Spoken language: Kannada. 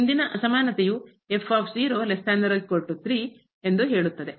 ಹಿಂದಿನ ಅಸಮಾನತೆಯು 3 ಎಂದು ಹೇಳುತ್ತದೆ